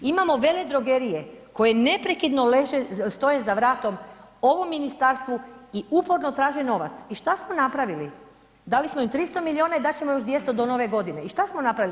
Imamo veledrogerije koje neprekidno leže, stoje za vratom ovom ministarstvu i uporno traže novac i šta smo napravili, dali smo im 300 milijuna i dat ćemo još 200 do Nove Godine i šta smo napravili?